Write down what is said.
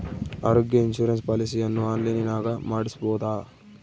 ಆರೋಗ್ಯ ಇನ್ಸುರೆನ್ಸ್ ಪಾಲಿಸಿಯನ್ನು ಆನ್ಲೈನಿನಾಗ ಮಾಡಿಸ್ಬೋದ?